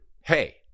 hey